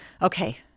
Okay